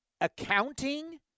Accounting